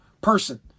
person